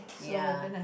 ya